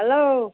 hello